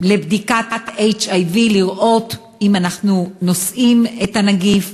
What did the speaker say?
בדיקת HIV, לראות אם אנחנו נושאים את הנגיף,